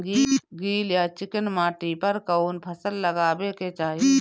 गील या चिकन माटी पर कउन फसल लगावे के चाही?